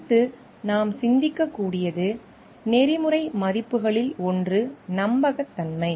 அடுத்து நாம் சிந்திக்கக்கூடியது நெறிமுறை மதிப்புகளில் ஒன்று நம்பகத்தன்மை